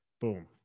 boom